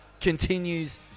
continues